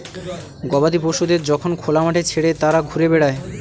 গবাদি পশুদের যখন খোলা মাঠে ছেড়ে তারা ঘুরে বেড়ায়